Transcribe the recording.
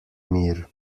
mir